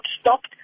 stopped